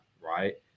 Right